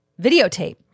videotape